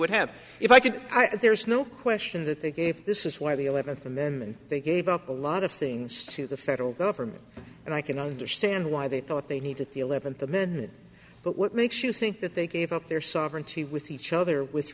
would have if i could i there's no question that they gave this is why the eleventh amendment they gave up a lot of things to the federal government and i can understand why they thought they needed the eleventh amendment but what makes you think that they gave up their sovereignty with each other with